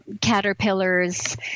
caterpillars